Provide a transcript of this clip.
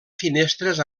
finestres